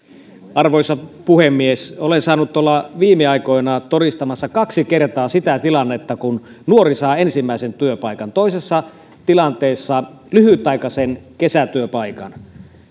arvoisa puhemies olen saanut olla viime aikoina todistamassa kaksi kertaa sitä tilannetta kun nuori saa ensimmäisen työpaikan toisessa tilanteessa lyhytaikaisen kesätyöpaikan